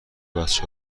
بچه